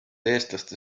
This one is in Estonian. eestlaste